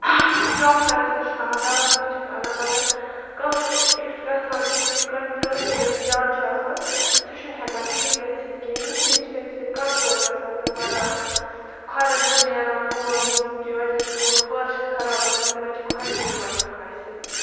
ڈاکٹرَس تہِ چھِ ہاوان دَوا تہِ چھِکھ اَنان مگر کانٛہہ چھُ یُس گژھان چھِ ٹھیٖک کٲنٛسہِ ییٚمِس زیادٕ چھِ آسان سُہ چھُنہٕ ہٮ۪کان ٹھیٖک گٔژھِتھ کِہیٖنۍ تِم چھِ تمہِ سۭتۍ کمزور گژھان تہٕ مَران کھۄرَن چھِ نیران لونٛگ ییٚمِس کہِ وجہ سۭتۍ تِمَن کھۄر چھِ خراب گژھان تِمَن چھِ کھۄڈٕ کیٚمۍ وۄتھان اَسہِ